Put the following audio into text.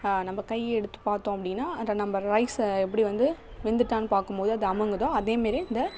நம்ப கையை எடுத்துப் பார்த்தோம் அப்படின்னா அதை நம்ப ரைஸை எப்படி வந்து வெந்துட்டான்னு பார்க்கும்போது அது அமுங்குதோ அதேமாரியே இந்த